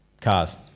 cars